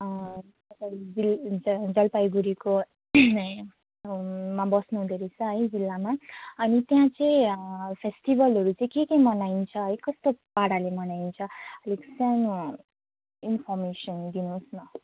जिल जलपाइगुडीको मा बस्नुहुँदो रहेछ है जिल्लामा अनि त्यहाँ चाहिँ फेस्टिभलहरू चाहिँ के के मनाइन्छ है कस्तो पाराले मनाइन्छ अलिक सानो इन्फर्मेसन दिनुहोस् न